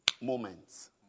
moments